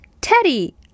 Teddy